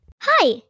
Hi